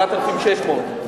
4,600,